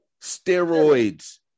Steroids